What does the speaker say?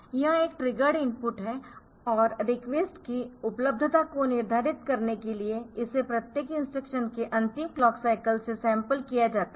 यह एक triggered input है और रिक्वेस्ट की उपलब्धता को निर्धारित करने के लिए इसे प्रत्येक इंस्ट्रक्शन के अंतिम क्लॉक साईकल से सैम्पल कियाजाता है